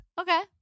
Okay